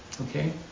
Okay